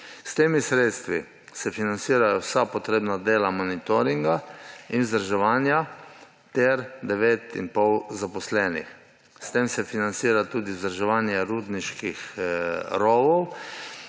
S temi sredstvi se financirajo vsa potrebna dela monitoringa in vzdrževanja ter 9,5 zaposlenih. S tem se financira tudi vzdrževanje rudniških rovov,